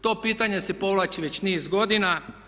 To pitanje se povlači već niz godina.